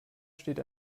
steht